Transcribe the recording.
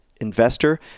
investor